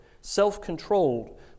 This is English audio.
self-controlled